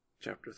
CHAPTER